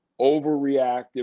overreactive